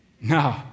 No